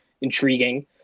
intriguing